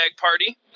Party